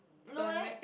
no eh